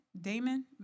Damon